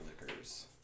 liquors